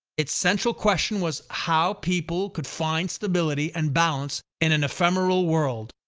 its central question was how people could find stability and balance in an ephemeral world.